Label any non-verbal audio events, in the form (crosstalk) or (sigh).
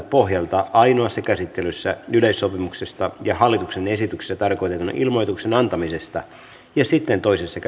(unintelligible) pohjalta ainoassa käsittelyssä yleissopimuksesta ja hallituksen esityksessä tarkoitetun ilmoituksen antamisesta ja sitten toisessa (unintelligible)